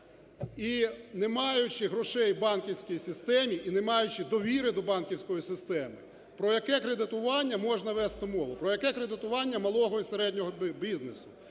І не маючи грошей в банківській системі, і не маючи довіри до банківської системи, про яке кредитування можна вести мову, про яке кредитування малого і середнього бізнесу.